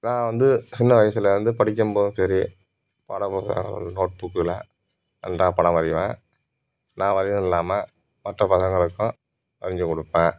நான் வந்து சின்ன வயசுலேருந்து படிக்கும் போதும் சரி நோட் புக்கில் நல்லா படம் வரையிவேன் நான் வரையிறதும் இல்லாமல் மற்ற பசங்களுக்கும் வரைஞ்சி கொடுப்பேன்